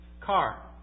car